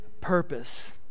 purpose